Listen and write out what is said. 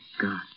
God